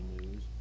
news